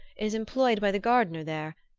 is employed by the gardener there,